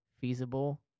feasible